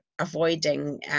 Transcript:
avoiding